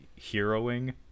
heroing